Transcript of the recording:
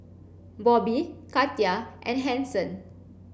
Bobbie Katia and Hanson